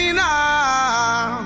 now